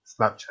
Snapchat